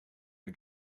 the